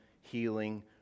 healing